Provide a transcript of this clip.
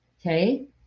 okay